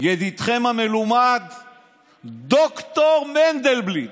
ידידכם המלומד ד"ר מנדלבליט,